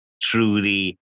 truly